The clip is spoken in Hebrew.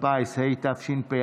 מקבל.